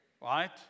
right